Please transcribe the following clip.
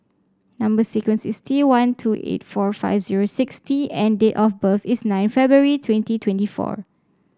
number sequence is T one two eight four five zero six T and date of birth is nine February twenty twenty four